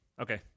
Okay